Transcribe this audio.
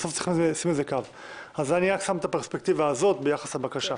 אני רק שם את הפרספקטיבה הזאת ביחס לבקשה.